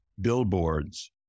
billboards